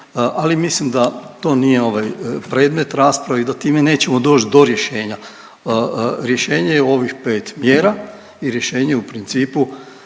ali mislim da to nije predmet rasprave i da time nećemo doći do rješenja. Rješenje je u ovih pet mjera i rješenje je u principu